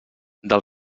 del